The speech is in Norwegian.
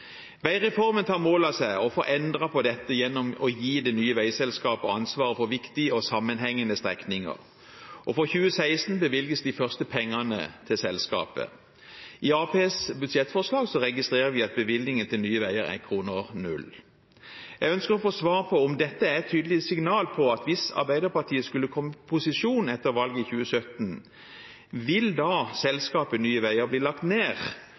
Veireformen tar mål av seg til å få endret på dette gjennom å gi det nye veiselskapet ansvaret for viktige og sammenhengende strekninger, og for 2016 bevilges de første pengene til selskapet. I Arbeiderpartiets budsjettforslag registrerer vi at bevilgningene til nye veier er null kroner. Jeg ønsker å få svar på om dette er et tydelig signal på at hvis Arbeiderpartiet skulle komme i posisjon etter valget i 2017, vil da selskapet Nye Veier bli lagt ned,